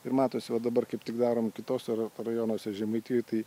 ir matosi va dabar kaip tik darome kituose rajonuose žemaitijoj tai